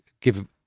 give